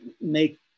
make